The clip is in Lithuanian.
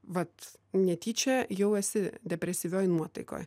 vat netyčia jau esi depresyvioj nuotaikoj